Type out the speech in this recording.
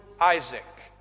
Isaac